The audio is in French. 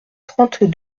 trente